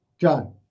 John